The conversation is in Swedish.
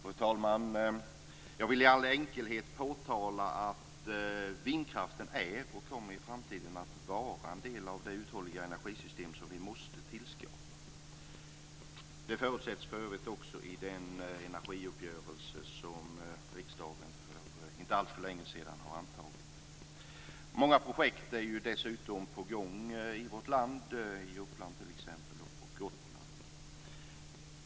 Fru talman! Jag vill i all enkelhet påtala att vindkraften är, och även i framtiden kommer att vara, en del av det uthålliga energisystem som vi måste skapa. För övrigt förutsätts detta i den energiuppgörelse som riksdagen för inte alltför länge sedan antog. Dessutom är många projekt på gång i vårt land, t.ex. i Uppland och på Gotland.